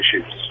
issues